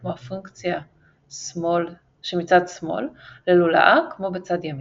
כמו הפונקציה שמצד שמאל ללולאה כמו בצד ימין.